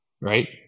Right